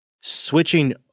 Switching